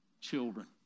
children